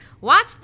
Watch